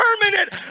permanent